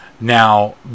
now